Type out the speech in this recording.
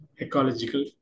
ecological